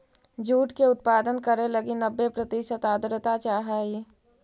jute के उत्पादन करे लगी नब्बे प्रतिशत आर्द्रता चाहइ